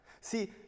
See